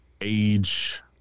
age